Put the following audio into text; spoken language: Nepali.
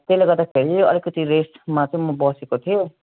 त्यसले गर्दाखेरि अलिकिति रेस्टमा चाहिँ म बसेको थिएँ